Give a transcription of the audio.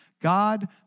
God